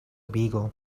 beagle